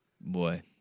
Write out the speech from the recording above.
Boy